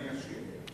אני אשיב.